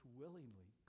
willingly